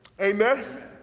Amen